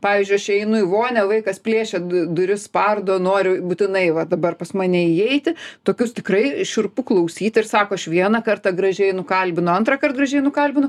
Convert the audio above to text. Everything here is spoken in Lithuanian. pavyzdžiui aš einu į vonią vaikas plėšia du duris spardo noriu būtinai va dabar pas mane įeiti tokius tikrai šiurpu klausyt ir sako aš vieną kartą gražiai nukalbinau antrąkart gražiai kalbinu